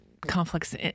conflicts